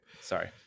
Sorry